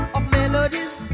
melodies